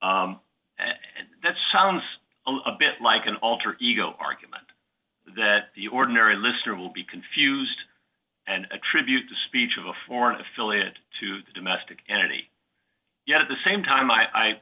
y and that sounds a bit like an alter ego argument that the ordinary listener will be confused and attribute the speech of a foreign affiliate to the domestic enemy yet at the same time i